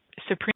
supreme